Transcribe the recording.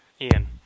Ian